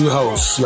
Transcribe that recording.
house